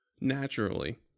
naturally